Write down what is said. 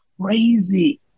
crazy